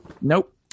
Nope